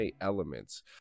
elements